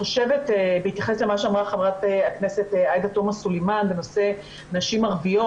בהתייחס למה שאמרה חברת הכנסת עאידה תומא סלימאן בנושא נשים ערביות,